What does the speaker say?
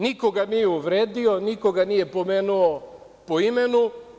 Nikoga nije uvredio, nikoga nije pomenuo po imenu.